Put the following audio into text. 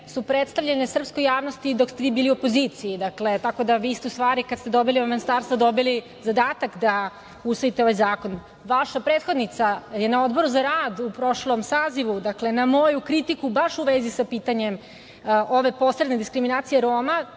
su predstavljene srpskoj javnosti dok ste vi bili u opoziciji, tako da vi ste u stvari kada ste dobili ova ministarstva dobili zadatak da usvojite ovaj zakon. Vaša prethodnica je na Odboru za rad u prošlom sazivu na moju kritiku baš u vezi sa pitanjem ove posredne diskriminacije Roma,